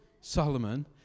Solomon